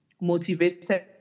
motivated